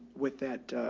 with that,